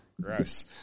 Gross